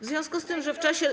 W związku z tym, że w czasie.